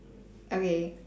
okay